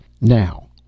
Now